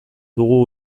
dugu